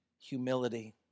humility